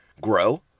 grow